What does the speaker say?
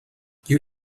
you